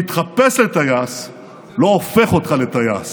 להתחפש לטייס לא הופך אותך לטייס,